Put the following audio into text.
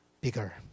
bigger